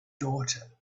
daughter